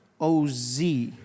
OZ